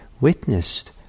witnessed